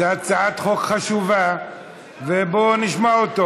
זו הצעת חוק חשובה ובואו נשמע אותו.